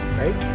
right